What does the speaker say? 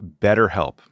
BetterHelp